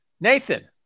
Nathan